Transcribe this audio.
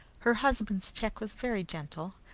her husband's check was very gentle,